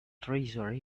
treasure